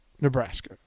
Nebraska